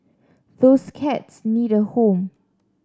those cats need a home